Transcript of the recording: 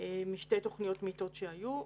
משתי תוכניות מיטות שהיו,